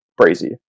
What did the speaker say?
crazy